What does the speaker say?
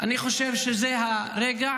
אני חושב שזה הרגע